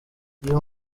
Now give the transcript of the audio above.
uyu